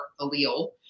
allele